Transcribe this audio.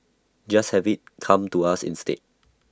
just have IT come to us instead